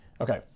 Okay